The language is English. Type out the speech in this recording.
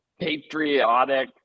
patriotic